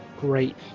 Great